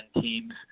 teams